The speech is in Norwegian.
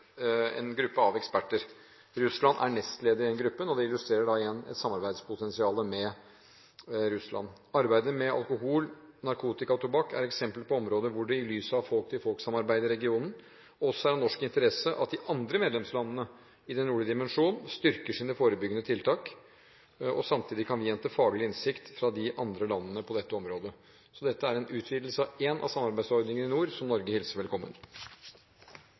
en gruppe av eksperter. Russland er nestleder i denne gruppen. Det illustrerer igjen et potensial for samarbeid med Russland. Arbeidet med alkohol, narkotika og tobakk er eksempel på områder hvor det i lys av folk-til-folk-samarbeid i regionen også er av norsk interesse at de andre medlemslandene i Den nordlige dimensjon styrker sine forebyggende tiltak. Samtidig kan det gis faglig innsikt på dette området fra de andre landene. Dette er en utvidelse av én av samarbeidsordningene i nord, som Norge hilser velkommen.